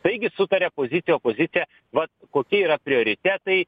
taigi sutaria pozicija opozicija va kokie yra prioritetai